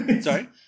Sorry